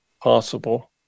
possible